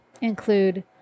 include